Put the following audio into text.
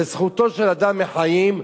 זה זכותו של אדם מחיים,